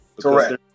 Correct